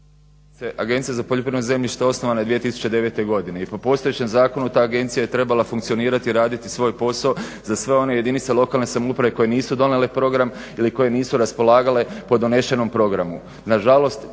Agencija za poljoprivredno zemljište osnovana je 2009. godine i po postojećem zakonu ta agencija je trebala funkcionirati, raditi svoj posao za sve one jedinice lokalne samouprave koje nisu donijele program ili koje nisu raspolagale po donešenom programu.